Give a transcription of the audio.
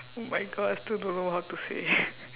oh my god I still don't know how to say